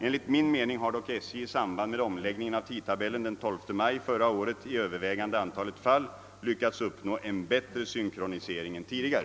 Enligt min mening har dock SJ i samband med omläggningen av tidtabellen den 12 maj förra året i övervägande antalet fall lyckats uppnå en bättre synkronisering än tidigare.